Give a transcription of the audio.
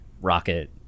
rocket